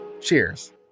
cheers